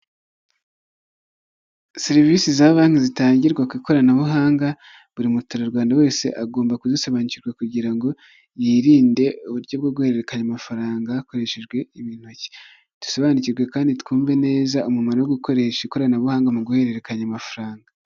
Serivisi za banki zitangirwa ku ikoranabuhanga, buri muturarwanda wese agomba kuzisobanukirwa kugira ngo yirinde uburyo bwo guhererekanya amafaranga hakoreshejwe intoki, dusobanukirwe kandi twumve neza umumaro wo gukoresha ikoranabuhanga mu guhererekanya amafaranga.